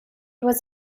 was